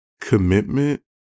commitment